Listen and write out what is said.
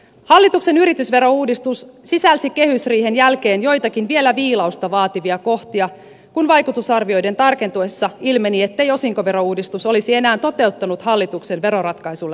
hallituksen yritysverouudistus sisälsi kehysriihen jälkeen joitakin vielä viilausta vaativia kohtia kun vaikutusarvioiden tarkentuessa ilmeni ettei osinkoverouudistus olisi enää toteuttanut hallituksen veroratkaisulle asettamia tavoitteita